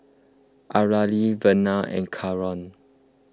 Areli Vernia and Keyon